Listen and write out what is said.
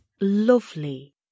lovely